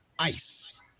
Ice